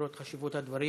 למרות חשיבות הדברים.